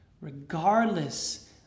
regardless